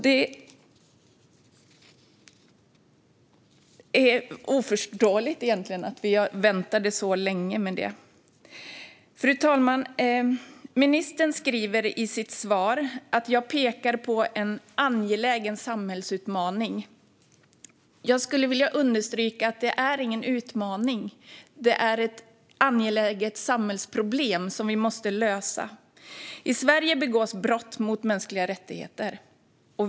Det är egentligen oförståeligt att vi väntade så länge med det. Fru talman! Ministern säger i sitt svar att jag pekar på en angelägen samhällsutmaning. Jag skulle vilja understryka att det inte är någon utmaning; det är ett angeläget samhällsproblem som vi måste lösa. I Sverige begås brott mot mänskliga rättigheter.